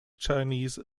chinese